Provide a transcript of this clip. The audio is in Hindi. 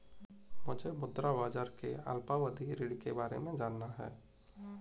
मुझे मुद्रा बाजार के अल्पावधि ऋण के बारे में जानना है